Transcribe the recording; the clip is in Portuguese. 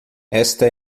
esta